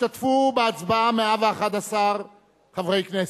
השתתפו בהצבעה 111 חברי כנסת,